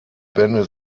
bände